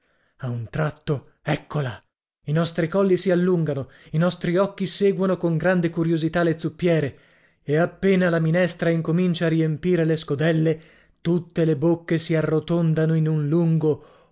a un tratto eccola i nostri colli si allungano i nostri occhi seguono con grande curiosità le zuppiere e appena la minestra incomincia a riempire le scodelle tutte le bocche si arrotondano in un lungo